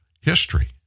history